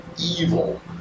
evil